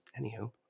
anywho